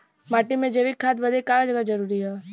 माटी में जैविक खाद बदे का का जरूरी ह?